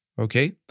Okay